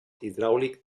hidràulic